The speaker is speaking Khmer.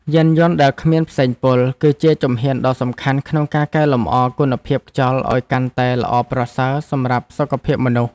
យានយន្តដែលគ្មានផ្សែងពុលគឺជាជំហានដ៏សំខាន់ក្នុងការកែលម្អគុណភាពខ្យល់ឱ្យកាន់តែល្អប្រសើរសម្រាប់សុខភាពមនុស្ស។